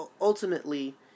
ultimately